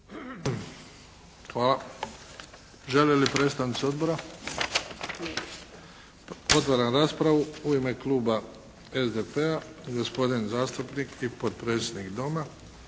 Hvala. Žele li predstavnici odbora? Otvaram raspravu. U ime kluba SDP-a, gospodin zastupnik i potpredsjednik Doma,